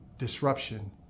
Disruption